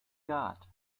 got